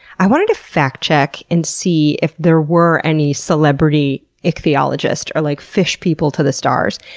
i wanted to fact check and see if there were any celebrity ichthyologists, or like fish people to the stars.